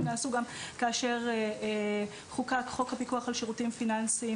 נעשו גם כאשר חוקק חוק הפיקוח על שירותים פיננסיים